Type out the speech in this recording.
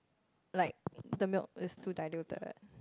like the milk is too diluted